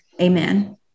Amen